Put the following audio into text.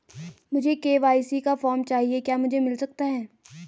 मुझे के.वाई.सी का फॉर्म चाहिए क्या मुझे मिल सकता है?